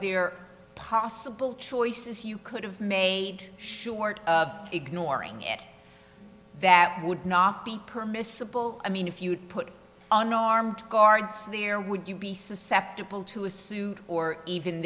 there possible choices you could have made short of ignoring it that would not be permissible i mean if you would put on armed guards in the air would you be susceptible to a suit or even